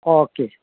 okay